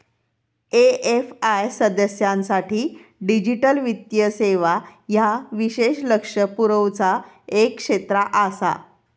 AFI सदस्यांसाठी digital वित्तीय सेवा ह्या विशेष लक्ष पुरवचा एक क्षेत्र आसा